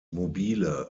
mobile